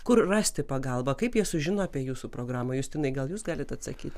kur rasti pagalbą kaip jie sužino apie jūsų programą justinai gal jūs galit atsakyt